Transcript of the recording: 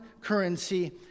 currency